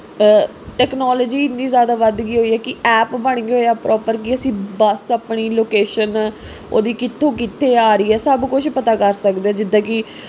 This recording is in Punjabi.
ਟੈਕਨੋਲੋਜੀ ਇੰਨੀ ਜ਼ਿਆਦਾ ਵੱਧ ਗਈ ਹੋਈ ਹੈ ਕਿ ਐਪ ਬਣ ਗਏ ਹੋਏ ਆ ਪ੍ਰੋਪਰ ਕਿ ਅਸੀਂ ਬੱਸ ਆਪਣੀ ਲੋਕੇਸ਼ਨ ਉਹਦੀ ਕਿੱਥੋਂ ਕਿੱਥੇ ਆ ਰਹੀ ਹੈ ਸਭ ਕੁਛ ਪਤਾ ਕਰ ਸਕਦੇ ਜਿੱਦਾਂ ਕਿ